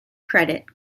credit